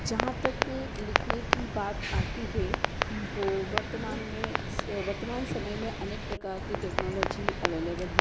जहाँ तक लिखने की बात आती है तो वर्तमान में वर्तमान समय में अनेक प्रकार की टेक्नोलोजी एवेलेबल है